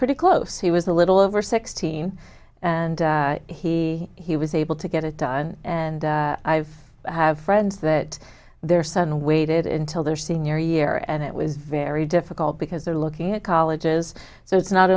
pretty close he was a little over sixteen and he he was able to get it done and i have friends that their son waited until their senior year and it was very difficult because they're looking at colleges so it's not